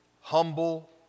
Humble